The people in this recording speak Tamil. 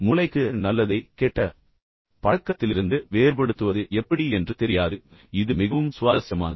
மூளைக்கு நல்லதை கெட்ட பழக்கத்திலிருந்து வேறுபடுத்துவது எப்படி என்று தெரியாது இது மிகவும் சுவாரஸ்யமானது